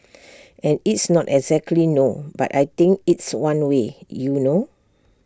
and it's not exactly no but I think it's one way you know